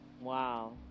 Wow